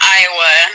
iowa